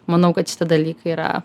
manau kad šiti dalykai yra